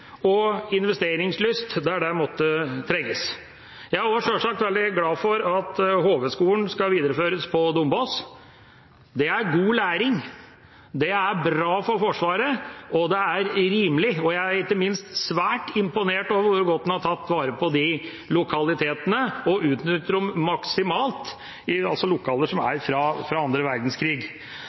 investeringslyst der det måtte trenges. Jeg er også sjølsagt veldig glad for at HV-skolen skal videreføres på Dombås. Det er god læring, det er bra for Forsvaret, og det er rimelig. Jeg er ikke minst svært imponert over hvor godt en har tatt vare på lokalitetene og maksimalt utnyttet dem, altså lokaler som er fra andre verdenskrig.